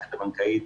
המערכת הבנקאית